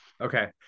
Okay